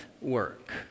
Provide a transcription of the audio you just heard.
work